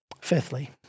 Fifthly